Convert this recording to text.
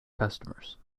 customers